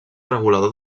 regulador